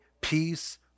peace